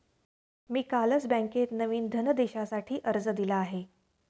मी कालच बँकेत नवीन धनदेशासाठी अर्ज दिला आहे